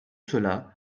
cela